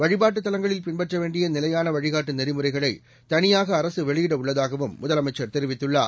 வழிபாட் டுதலங்களில்பின்பற்றவேண்டியநிலையானவழிகாட்டு நெறிமுறைகளைதனியாகஅரசுவெளியிடஉள்ளதாகவும் முதலமைச்சர்தெரிவித்துள்ளார்